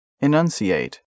Enunciate